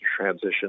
transition